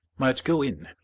might go in,